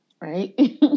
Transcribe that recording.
right